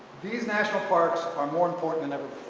these national parks are more important than ever